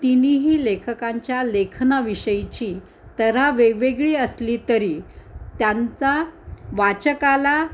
तिन्हीही लेखकांच्या लेखना विषयीची तऱ्हा वेगवेगळी असली तरी त्यांचा वाचकाला